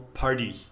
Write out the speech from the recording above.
party